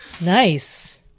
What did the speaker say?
Nice